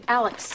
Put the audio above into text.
alex